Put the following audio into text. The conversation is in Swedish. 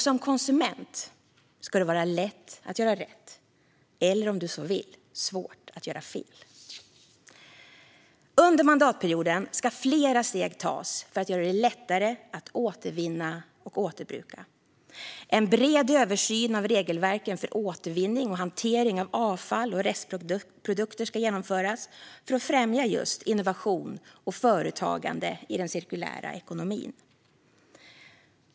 Som konsument ska det vara lätt att göra rätt, eller om du så vill svårt att göra fel. Under mandatperioden ska flera steg tas för att göra det lättare att återvinna och återbruka. En bred översyn av regelverken för återvinning och hantering av avfall och restprodukter ska genomföras för att främja innovation och företagande i den cirkulära ekonomin.